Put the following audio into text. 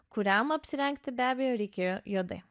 kuriam apsirengti be abejo reikėjo juodai